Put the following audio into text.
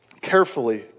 carefully